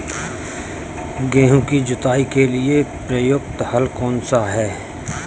गेहूँ की जुताई के लिए प्रयुक्त हल कौनसा है?